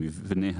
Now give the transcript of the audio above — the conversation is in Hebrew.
המבנה,